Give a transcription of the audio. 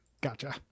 Gotcha